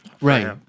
Right